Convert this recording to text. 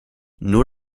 nur